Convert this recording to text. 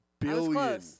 billion